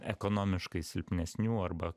ekonomiškai silpnesnių arba